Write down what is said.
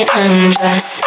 undress